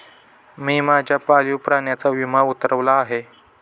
मी माझ्या पाळीव प्राण्याचा विमा उतरवला आहे